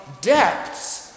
depths